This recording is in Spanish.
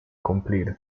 cumplir